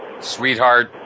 sweetheart